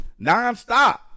nonstop